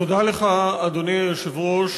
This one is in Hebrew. תודה לך, אדוני היושב-ראש.